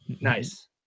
Nice